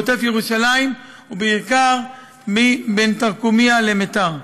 בעוטף-ירושלים ובעיקר בין תרקומיא למיתר.